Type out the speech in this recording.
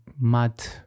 mad